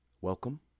Welcome